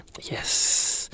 Yes